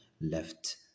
left